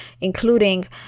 including